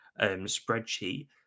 spreadsheet